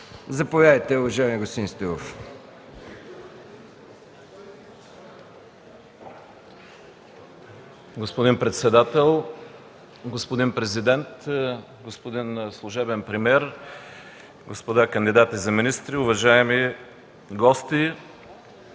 Заповядайте, уважаеми господин Стоилов. ЯНАКИ СТОИЛОВ (КБ): Господин председател, господин президент, господин служебен премиер, господа кандидати за министри, уважаеми гости,